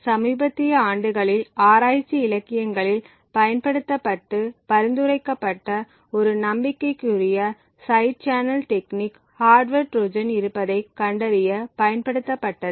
சமீபத்திய ஆண்டுகளில் ஆராய்ச்சி இலக்கியங்களில் பயன்படுத்தப்பட்டு பரிந்துரைக்கப்பட்ட ஒரு நம்பிக்கைக்குரிய side channel technique hardware trojan இருப்பதைக் கண்டறிய பயன்படுத்தப்பட்டது